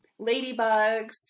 ladybugs